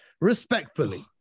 Respectfully